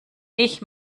ich